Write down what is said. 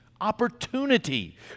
opportunity